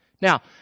Now